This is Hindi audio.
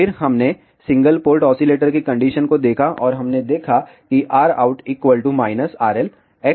फिर हमने सिंगल पोर्ट ऑसिलेटर की कंडीशन को देखा और हमने देखा कि Rout RL Xout XL